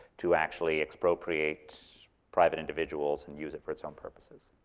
to actually expropriate private individuals and use it for its own purposes.